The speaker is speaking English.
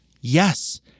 yes